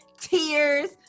tears